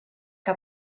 que